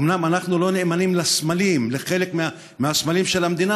אומנם אנחנו לא נאמנים לחלק מהסמלים של המדינה,